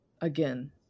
Again